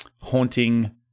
haunting